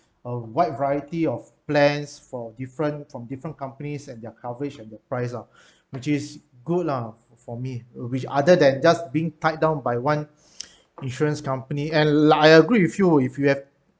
a wide variety of plans for different from different companies and their coverage at the price lah which is good lah for me which other than just being tied down by one insurance company and like I agree with you if you have